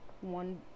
one